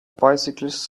bicyclists